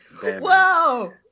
whoa